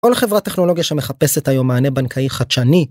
או לחברת טכנולוגיה שמחפשת היום מענה בנקאי חדשני.